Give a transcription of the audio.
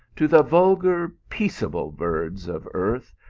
to the vulgar, peaceable birds of earth,